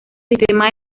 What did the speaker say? sistema